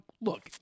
look